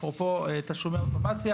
אפרופו תשלומי אוטומציה.